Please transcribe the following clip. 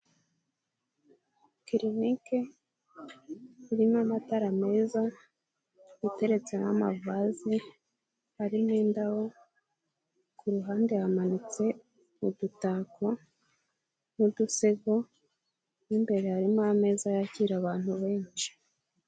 Kilinike irimo amatara meza, iteretsemo amavase ari n'indabo, ku ruhande hamanitse udutako n'udusego, mo imbere harimo ameza yakira abantu benshi.